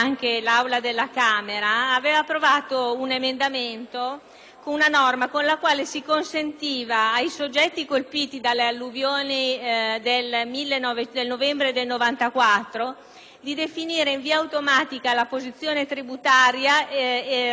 una norma con la quale si consentiva ai soggetti colpiti dalle alluvioni del novembre del 1994 di definire in via automatica la propria posizione tributaria relativamente agli anni 1995, 1996 e 1997,